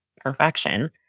perfection